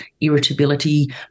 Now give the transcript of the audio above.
irritability